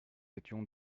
étions